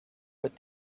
what